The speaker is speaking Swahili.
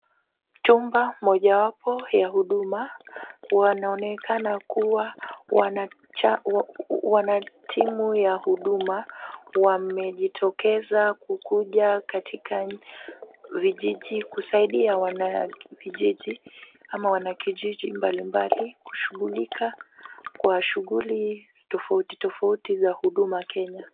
Chumba mojawapo ya huduma, wanaonekana kuwa wana timu ya huduma wamejitokeza kukuja katika vijiji kusaidia wanavijiji au wanakijiji mbalimbali kushughulika kwa shughuli tofauti tofauti za huduma Kenya.